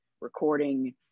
recording